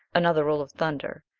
another roll of thunder,